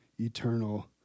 eternal